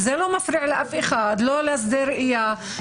אם זה לא מפריע לאף אחד ולא מפריע לשדה הראייה,